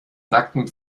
nacktem